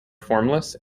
formless